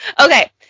Okay